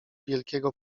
wielkiego